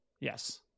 Yes